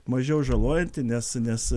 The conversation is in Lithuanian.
mažiau žalojanti nes nes